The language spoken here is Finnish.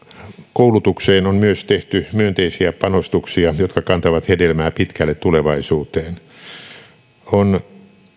koulutukseen on myös tehty myönteisiä panostuksia jotka kantavat hedelmää pitkälle tulevaisuuteen on